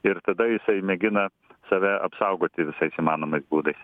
ir tada jisai mėgina save apsaugoti visais įmanomais būdais